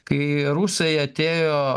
kai rusai atėjo